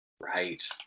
Right